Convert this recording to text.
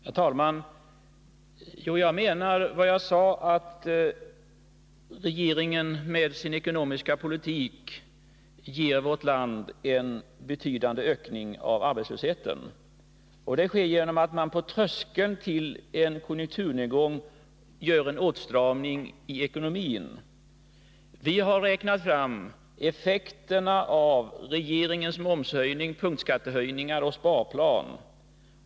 Herr talman! Jag menar vad jag sade, nämligen att regeringen med sin ekonomiska politik ger vårt land en betydande ökning av arbetslösheten. Det sker genom att man vid tröskeln till en konjunkturnedgång ger en åtstramning i ekonomin. Vi har räknat fram effekterna av regeringens momshöjning, punktskattehöjningar och sparplan.